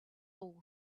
all